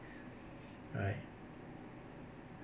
I